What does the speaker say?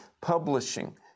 publishing